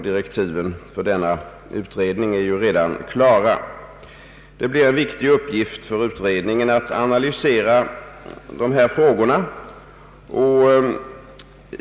Direktiven för denna utredning är redan klara. Det blir en viktig uppgift för utredningen att analysera dessa frågor.